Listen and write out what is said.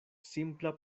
simpla